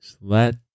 let